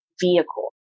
vehicle